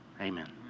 amen